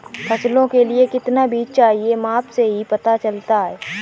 फसलों के लिए कितना बीज चाहिए माप से ही पता चलता है